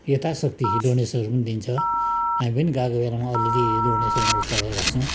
यथाशक्ति डोनेसनहरू पनि दिन्छ हामी पनि गएको बेलामा अलिअलि डोनेसनहरू चढाइराख्छौँ